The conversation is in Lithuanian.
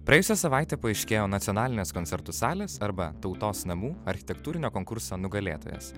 praėjusią savaitę paaiškėjo nacionalinės koncertų salės arba tautos namų architektūrinio konkurso nugalėtojas